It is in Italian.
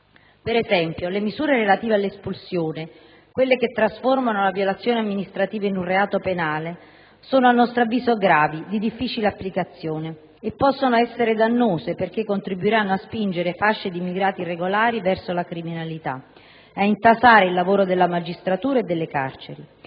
Ad esempio, le misure relative all'espulsione, che trasformano la violazione amministrativa in un reato penale, sono gravi, di difficile applicazione e possono rivelarsi dannose, perché contribuiranno a spingere fasce di immigrati irregolari verso la criminalità e ad intasare il lavoro della magistratura e delle carceri.